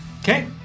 Okay